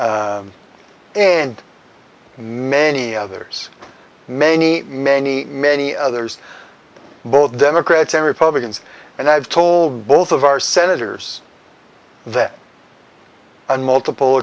and many others many many many others both democrats and republicans and i've told both of our senators that and multiple